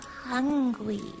hungry